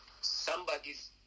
somebody's